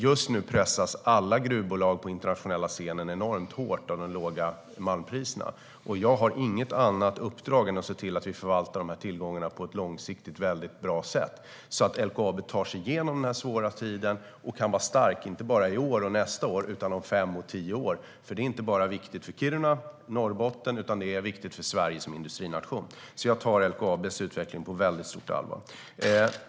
Just nu pressas alla gruvbolag på den internationella scenen enormt hårt av de låga malmpriserna. Jag har inget annat uppdrag än att se till att vi förvaltar de här tillgångarna på ett långsiktigt bra sätt, så att LKAB tar sig igenom den här svåra tiden och kan vara stark inte bara i år och nästa år utan om fem och tio år, för det är viktigt inte bara för Kiruna och Norrbotten utan också för Sverige som industrination. Jag tar alltså LKAB:s utveckling på mycket stort allvar.